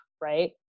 right